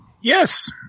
Yes